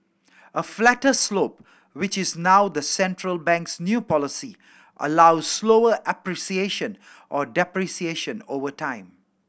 a flatter slope which is now the central bank's new policy allows slower or depreciation over time